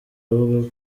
avuga